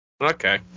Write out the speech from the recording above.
Okay